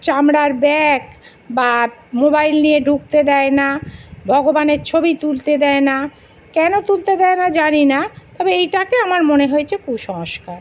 চামড়ার ব্যাগ বা মোবাইল নিয়ে ঢুকতে দেয় না ভগবানের ছবি তুলতে দেয় না কেন তুলতে দেয় না জানি না তবে এটাকে আমার মনে হয়েছে কুসংস্কার